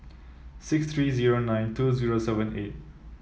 six three zero nine two zero seven eight